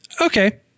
Okay